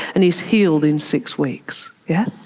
and he's healed in six weeks. yeah